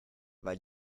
weil